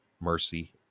mercy